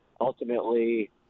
ultimately